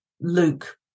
Luke